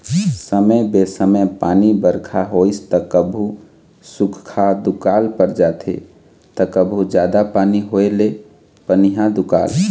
समे बेसमय पानी बरखा होइस त कभू सुख्खा दुकाल पर जाथे त कभू जादा पानी होए ले पनिहा दुकाल